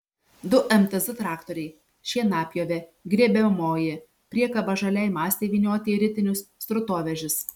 du mtz traktoriai šienapjovė grėbiamoji priekaba žaliai masei vynioti į ritinius srutovežis